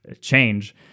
change